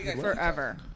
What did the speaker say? Forever